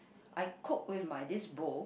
I cook with my this bowl